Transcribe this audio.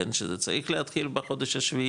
שזה צריך להתחיל בחודש השביעי